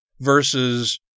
versus